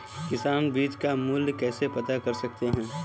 किसान बीज का मूल्य कैसे पता कर सकते हैं?